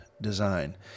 Design